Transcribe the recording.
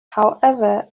however